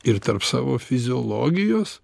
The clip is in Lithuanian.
ir tarp savo fiziologijos